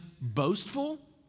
boastful